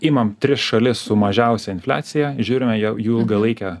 imam tris šalis su mažiausia infliacija žiūrime jau jų ilgalaikę